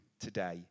today